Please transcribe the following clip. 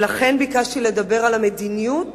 ולכן ביקשתי לדבר על המדיניות